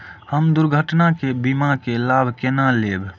हम दुर्घटना के बीमा के लाभ केना लैब?